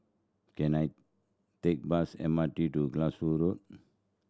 can I take bus M R T to Glasgow Road